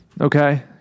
Okay